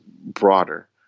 broader